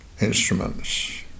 instruments